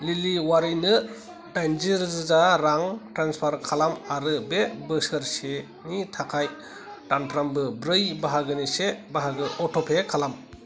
लिलि औवारिनो दाइन जि रोजा रां ट्रेन्सफार खालाम आरो बे बोसोरसेनि थाखाय दानफ्रोमबो ब्रै बाहागोनि से बाहागो अटपे खालाम